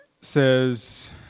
says